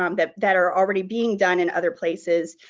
um that that are already being done in other places,